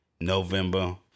November